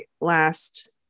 last